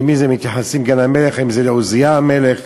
למי מייחסים את גן-המלך, אם זה לעוזיה המלך,